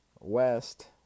west